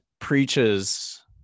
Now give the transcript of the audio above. preaches